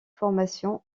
formations